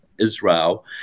Israel